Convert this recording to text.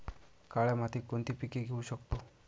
काळ्या मातीत कोणती पिके घेऊ शकतो?